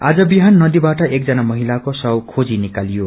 आज बिहान नदीबाट एकजना महिलाक्रो श्रव खेजी निकालियो